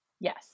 Yes